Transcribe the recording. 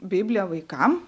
bibliją vaikams